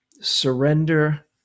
surrender